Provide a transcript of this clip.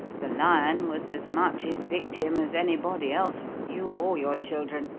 the lion was as much his victim as anybody else you or your children.